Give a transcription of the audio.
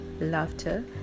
laughter